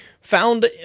found